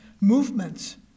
movements